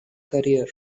career